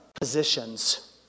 positions